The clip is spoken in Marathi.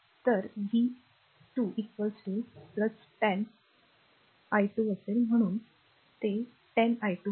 तर v 2 ते 10 i2 असेल म्हणूनच ते 10 i2 आहे